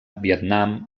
vietnam